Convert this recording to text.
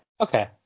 Okay